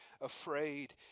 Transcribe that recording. afraid